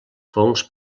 fongs